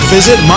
Visit